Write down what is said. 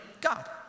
God